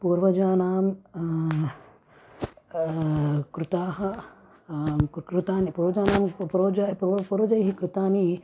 पूर्वजानां कृताः कृ कृतानि पूर्वजानां पु पूर्वजे पूर्व पूर्वजैः कृतानि